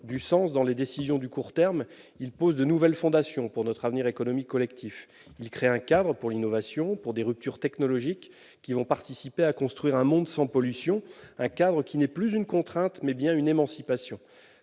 du sens dans les décisions de court terme, il pose de nouvelles fondations pour notre avenir économique collectif. Il crée un cadre pour l'innovation et pour des ruptures technologiques qui participeront à la construction d'un monde sans pollution. Ce cadre est non plus une contrainte, mais une émancipation.